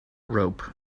rope